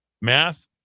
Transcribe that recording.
Math